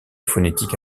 phonétique